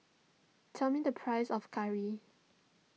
tell me the price of curry